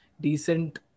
decent